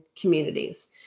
communities